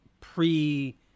pre